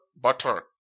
butter